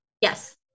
Yes